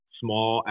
small